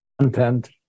content